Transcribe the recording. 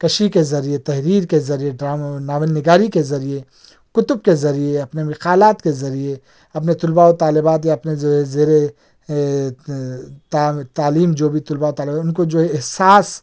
کشی کے ذریعے تحریر کے ذریعے ڈرامے ناول نگاری کے ذریعے کتب کے ذریعے اپنے مقالات کے ذریعے اپنے طلباء و طالبات کے ذریعے تعلیم جو بھی طلباء طالب علم اُن کو جو ہے احساس